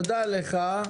תודה לך.